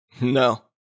No